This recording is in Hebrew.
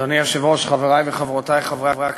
אדוני היושב-ראש, חברי וחברותי חברי הכנסת,